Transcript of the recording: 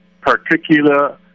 particular